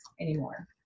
anymore